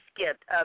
skipped